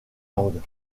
langues